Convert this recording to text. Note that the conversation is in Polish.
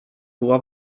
była